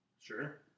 Sure